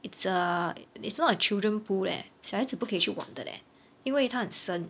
it's err it's not a children pool leh 小孩子不可以去玩的 leh 因为它很深